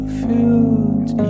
filled